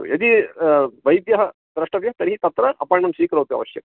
यदि वैद्यं द्रष्टव्यं तर्हि तत्र आपाय्नमेण्ट् स्वीकरोतु आवश्यकम्